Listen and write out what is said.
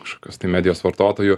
kažkokios tai medijos vartotojų